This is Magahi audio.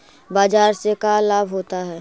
बाजार से का लाभ होता है?